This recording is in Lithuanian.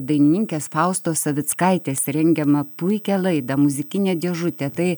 dainininkės faustos savickaitės rengiamą puikią laidą muzikinė dėžutė tai